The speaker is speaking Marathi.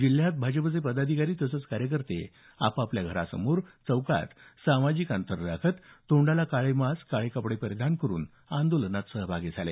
जिल्ह्यात भाजपचे पदाधिकारी तसंच कार्यकर्ते आपापल्या घरासमोर चौकात सामाजिक अंतर राखत तोंडाला काळे मास्क काळे कपडे परिधान करून आंदोलनात सहभागी झाले